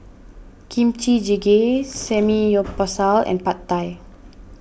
Kimchi Jjigae Samgeyopsal and Pad Thai